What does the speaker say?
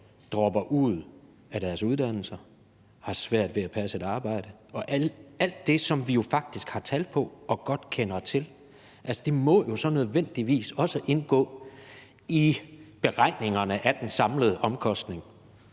dropper ud af deres uddannelser og har svært ved at passe et arbejde – alt det, som vi jo faktisk har tal på og godt kender til. Det må jo nødvendigvis også indgå i beregningerne af de samlede omkostninger,